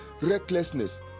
recklessness